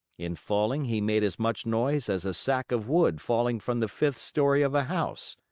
in falling, he made as much noise as a sack of wood falling from the fifth story of a house.